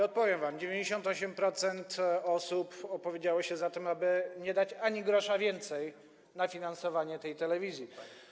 I powiem wam: 98% osób opowiedziało się za tym, aby nie dać ani grosza więcej na finansowanie tej telewizji.